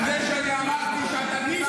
על זה שאמרתי שאתה דיברת לא אמת?